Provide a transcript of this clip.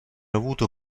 avuto